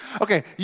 Okay